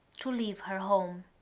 to leave her home.